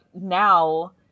now